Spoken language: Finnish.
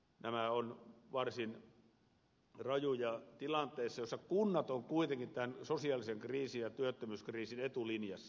nämä ovat varsin rajuja lukuja tilanteessa jossa kunnat ovat kuitenkin tämän sosiaalisen kriisin ja työttömyyskriisin etulinjassa